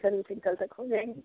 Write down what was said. servicing कल तक हो जाएगी